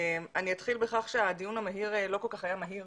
אני אתחיל בכך שהדיון המהיר לא כל כך היה מהיר